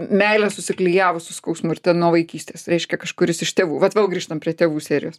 meilė susiklijavus su skausmu ir ten nuo vaikystės reiškia kažkuris iš tėvų vat vėl grįžtam prie tėvų serijos